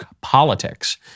politics